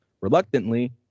Reluctantly